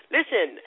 Listen